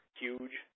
huge